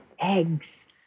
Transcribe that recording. eggs